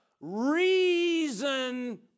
reason